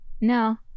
No